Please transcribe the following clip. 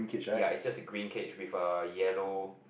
ya it's just a green cage with a yellow